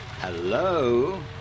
Hello